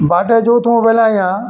ବାଟେ ଯୋଉଥାଉଁ ବେଲେ ଆଜ୍ଞା